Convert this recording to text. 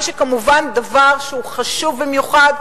מה שכמובן הוא דבר חשוב במיוחד,